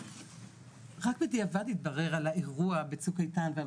רק בדיעבד התברר על האירוע בצוק איתן ועל